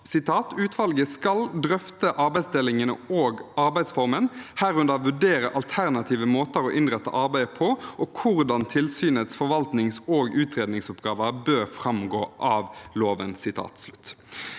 «Utvalget skal drøfte arbeidsdelingen og arbeidsformen, herunder vurdere alternative måter å innrette arbeidet på og hvordan tilsynets forvaltnings- og utredningsoppgaver bør fremgå av loven.»